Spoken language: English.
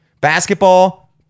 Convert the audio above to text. Basketball